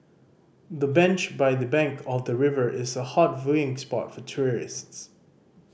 the bench by the bank of the river is a hot viewing spot for tourists